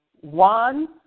One